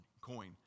coin